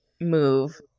move